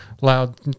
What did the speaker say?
loud